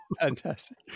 Fantastic